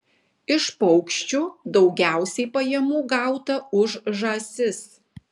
iš paukščių daugiausiai pajamų gauta už žąsis